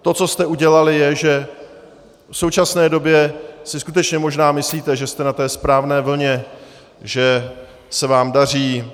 To, co jste udělali, je, že v současné době si skutečně možná myslíte, že jste na té správné vlně, že se vám daří.